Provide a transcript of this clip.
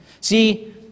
See